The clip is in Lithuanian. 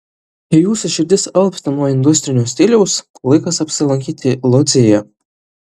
jei jūsų širdis alpsta nuo industrinio stiliaus laikas apsilankyti lodzėje